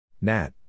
Nat